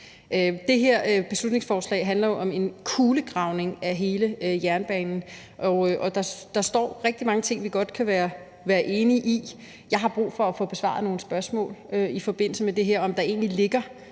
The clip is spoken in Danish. Det her beslutningsforslag handler jo om en kulegravning af hele jernbanen. Der står rigtig mange ting, vi godt kan være enige i. Jeg har brug for at få besvaret nogle spørgsmål i forbindelse med det her. Ligger der egentlig allerede